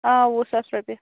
آ وُہ ساس رۅپیہِ